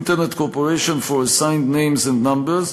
Internet Corporation for Assigned Names and Numbers,